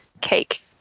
cake